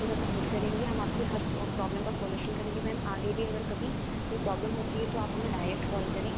पूरा सपोर्ट करेंगे हम आपकी हर प्रॉब्लम का सोल्यूशन करेंगे मैम आगे भी अगर कभी कोई प्रॉब्लम होती है तो आप हमें डायरेक्ट कॉल करें